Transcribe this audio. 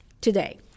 today